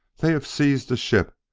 they have seized the ship!